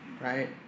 right